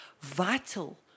vital